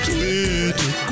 Twitter